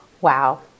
Wow